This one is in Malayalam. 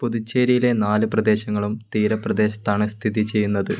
പുതുച്ചേരിയിലെ നാല് പ്രദേശങ്ങളും തീരപ്രദേശത്താണ് സ്ഥിതി ചെയ്യുന്നത്